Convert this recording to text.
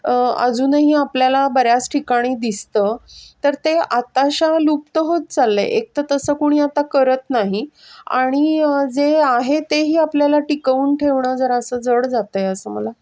अजूनही आपल्याला बऱ्याच ठिकाणी दिसतं तर ते आताशा लुप्त होत चाललं आहे एकतर तसं कोणी आता करत नाही आणि जे आहे तेही आपल्याला टिकवून ठेवणं जरासं जड जातं आहे असं मला